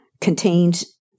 contains